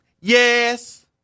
Yes